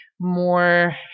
more